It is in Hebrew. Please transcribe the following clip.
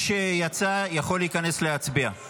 קשה לכם לראות את הקוממיות הזו,